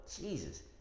Jesus